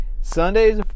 Sundays